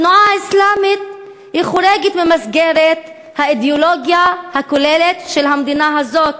התנועה האסלאמית חורגת ממסגרת האידיאולוגיה הכוללת של המדינה הזאת,